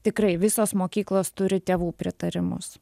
tikrai visos mokyklos turi tėvų pritarimus